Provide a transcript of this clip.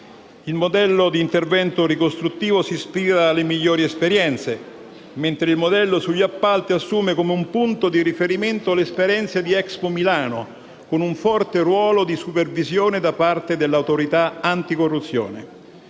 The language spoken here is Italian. Il modello di intervento ricostruttivo si ispira alle migliori esperienze, mentre il modello sugli appalti assume come punto di riferimento l'esperienza di Expo Milano, con un forte ruolo di supervisione da parte dell'Autorità anticorruzione.